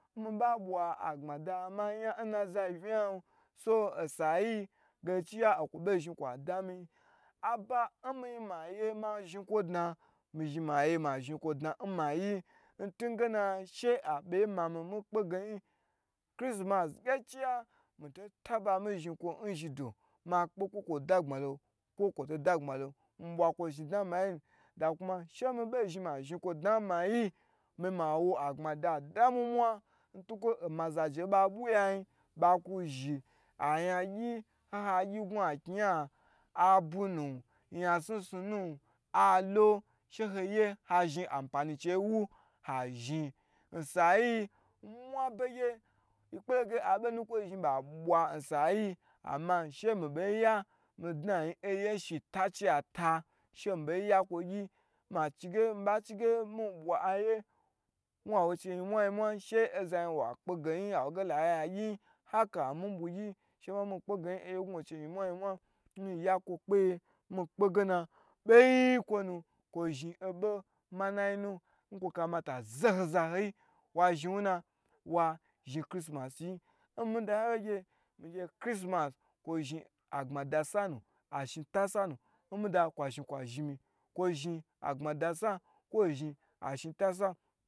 Mi bah bwa agbmada ma nya in a za yi vnaya, so in sayiyi bozhi kwa dami aba inmizhin ma ye ma zhikwo dna, mizhi ma ye mazhi kwo dana in ma yi intu ngena she abeh mami miyi kpegeyi chirisimas gai chi ya mito faba miyi zhikwo dna inzhidon ma kpe kwo kwo dabmalon kwo kwo to dagbmalon, mi bwa kwo zhin dna in mayi na da kuma she mi boh zhin ma zhi kwo dna in ma yi mai mawa agbma dami mwa ntuge omazaje, nbah bwiyayi ba ku zhi a yangyi nha gyi nguha chyi yaho abunu, yan sni sni nu alo she hoi ye ha zhi apma inchei inwu ha zhi, osayi aboh nukwoyi zhi ba bwa insa yiyi, ama she mi bei ya mi dna nyin aye shita chei ata, ma cige mba cige miyi bwa aye ngu awo chei yinmwa yinmwa she oza zhin wa kpeye yin yin kwa wu ge hola kpe yagyigyi yin aka omibwigyi she mabe mi kpe geyi aye nguwawo cheyi gu nyimwa nyi mwa ma ya kwo kpeye boyi nkwonu kwo zhi onboh manayi nu nkwo kamata zaho zaho yi wazhi inwuna wa zhi chrisimasi yi in mida yan wye gye chrisimas kwo zhi agbmada san nu kwo zhi ashinta sanu in mida kwo zhi kwo zhimi, kwo zhi agbmada sa ashinta sa.